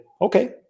okay